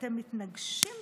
אתם מתנגשים בזה.